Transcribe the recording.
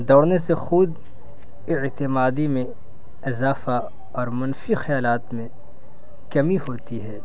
دوڑنے سے خود ا اعتمادی میں اضافہ اور منفی خیالات میں کمی ہوتی ہے